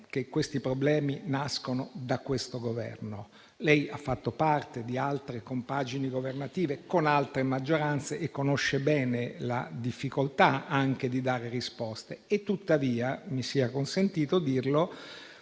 che questi problemi non nascono da questo Governo. Lei ha fatto parte di altre compagini governative con altre maggioranze e conosce bene la difficoltà di dare risposte. Tuttavia - mi sia consentito dirlo